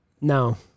no